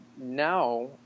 now